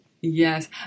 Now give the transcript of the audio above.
Yes